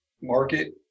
market